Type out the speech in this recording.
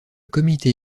comité